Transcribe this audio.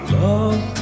love